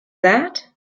that